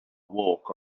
walk